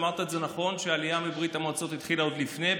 אמרת את זה נכון: העלייה מברית המועצות התחילה עוד לפני,